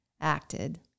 acted